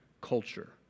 culture